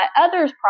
others